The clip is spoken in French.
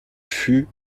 fut